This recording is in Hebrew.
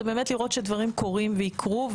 לראות שהדברים קורים ויקרו,